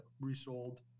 resold